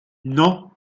non